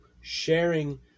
sharing